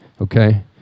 okay